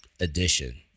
addition